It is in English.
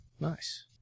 Nice